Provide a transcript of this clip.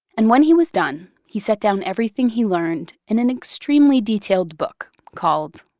and when he was done, he set down everything he learned in an extremely detailed book called,